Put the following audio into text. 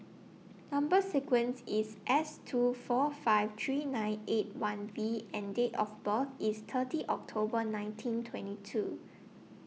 Number sequence IS S two four five three nine eight one V and Date of birth IS thirty October nineteen twenty two